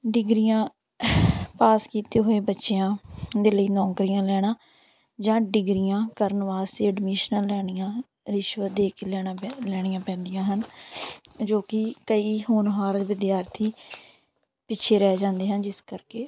ਡਿਗਰੀਆਂ ਪਾਸ ਕੀਤੇ ਹੋਏ ਬੱਚਿਆਂ ਦੇ ਲਈ ਨੌਕਰੀਆਂ ਲੈਣਾ ਜਾਂ ਡਿਗਰੀਆਂ ਕਰਨ ਵਾਸਤੇ ਐਡਮਿਸ਼ਨਾਂ ਲੈਣੀਆ ਰਿਸ਼ਵਤ ਦੇ ਕੇ ਲੈਣਾ ਪੈ ਲੈਣੀਆ ਪੈਂਦੀਆਂ ਹਨ ਜੋ ਕਿ ਕਈ ਹੋਣਹਾਰ ਵਿਦਿਆਰਥੀ ਪਿੱਛੇ ਰਹਿ ਜਾਂਦੇ ਹਨ ਜਿਸ ਕਰਕੇ